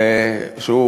והוא,